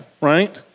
right